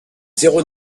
zéro